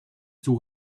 too